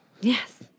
Yes